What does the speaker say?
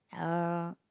uh